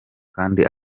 kandi